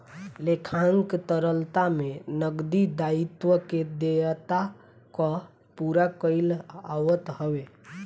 लेखांकन तरलता में नगदी दायित्व के देयता कअ पूरा कईल आवत हवे